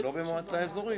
הוא עושה את זה מצוין,